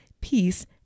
peace